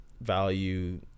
value